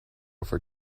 for